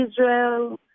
Israel